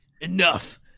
Enough